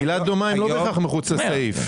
המילה "דומה" היא לא כל כך מחוץ לסעיף.